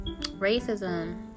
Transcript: racism